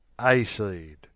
A-seed